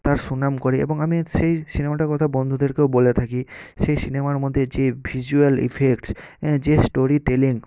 তার সুনাম করি এবং আমি সেই সিনেমাটার কথা বন্ধুদেরকেও বলে থাকি সেই সিনেমার মধ্যে যে ভিজুয়াল এফেক্টস যে স্টোরি টেলিং